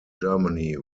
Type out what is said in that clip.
germany